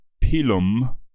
pilum